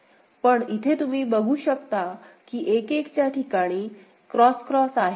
पण इथे तुम्ही बघू शकता की 1 1 च्या ठिकाणी X X आहे